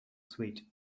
sweet